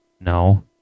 No